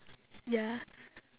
ya